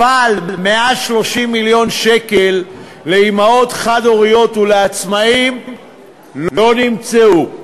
אבל 130 מיליון שקל לאימהות חד-הוריות ולעצמאים לא נמצאו.